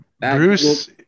Bruce